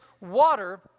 water